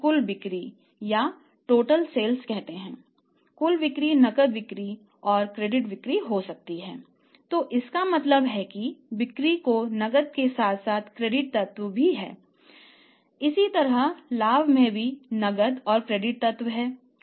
कुल बिक्री नकद बिक्री और क्रेडिट बिक्री हो सकती है तो इसका मतलब है कि बिक्री में नकदी के साथ साथ क्रेडिट तत्व भी हैं इसी तरह लाभ में भी नकद और क्रेडिट तत्व है